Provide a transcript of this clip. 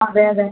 അതെ അതെ